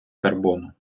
карбону